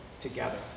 together